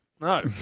No